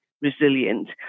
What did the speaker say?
resilient